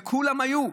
וכולם היו ככה.